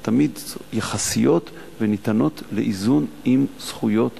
הן תמיד יחסיות וניתנות לאיזון עם זכויות